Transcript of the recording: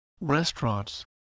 restaurants